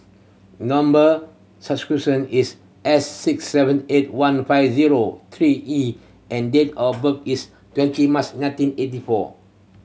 number is S six seven eight one five zero three E and date of birth is twenty March nineteen eighty four